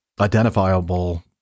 identifiable